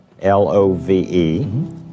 L-O-V-E